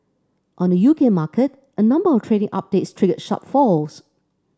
on the U K market a number of trading updates triggered sharp falls